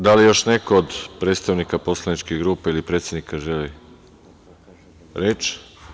Da li još neko od predstavnika poslaničke grupe ili predsednika želi reč?